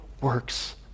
works